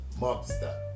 Mobster